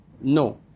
No